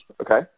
Okay